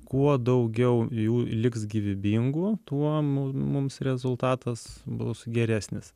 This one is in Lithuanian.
kuo daugiau jų liks gyvybingų tuo mums rezultatas bus geresnis